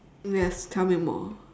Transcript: yes tell me more